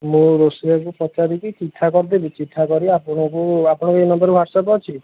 ମୁଁ ରୋଷେଇୟାକୁ ପଚାରିକି ଚିଠା କରିଦେବି ଚିଠା କରି ଆପଣଙ୍କୁ ଆପଣଙ୍କ ଏ ନମ୍ବରରେ ହ୍ଵାଟ୍ସପ୍ ଅଛି